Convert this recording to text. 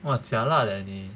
!wah! jialat leh